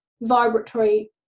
vibratory